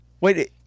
Wait